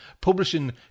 Publishing